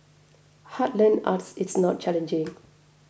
heartland arts is not challenging